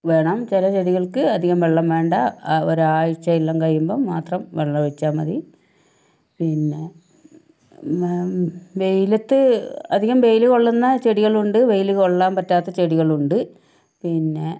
വേണം ചില ചെടികൾക്ക് അധികം വെള്ളം വേണ്ട ആ ഒരാഴ്ച എല്ലാം കഴിയുമ്പം മാത്രം വെള്ളം ഒഴിച്ചാ മതി പിന്നെ വെയിലത്ത് അധികം വെയില് കൊള്ളുന്ന ചെടികളുണ്ട് വെയിൽ കൊള്ളാൻ പറ്റാത്ത ചെടികളുണ്ട് പിന്നെ